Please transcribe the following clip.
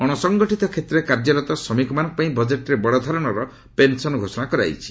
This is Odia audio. ଅଶସଙ୍ଗଠିତ କ୍ଷେତ୍ରରେ କାର୍ଯ୍ୟରତ ଶ୍ରମିକମାନଙ୍କପାଇଁ ବଜେଟ୍ରେ ବଡ଼ ଧରଣର ପେନ୍ସନ୍ ଘୋଷଣା କରାଯାଇଛି